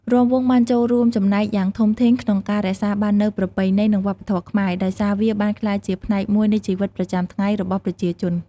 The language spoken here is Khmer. រាំវង់បានចូលរួមចំណែកយ៉ាងធំធេងក្នុងការរក្សាបាននូវប្រពៃណី និងវប្បធម៌ខ្មែរ ដោយសារវាបានក្លាយជាផ្នែកមួយនៃជីវិតប្រចាំថ្ងៃរបស់ប្រជាជន។